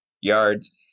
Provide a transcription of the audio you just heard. yards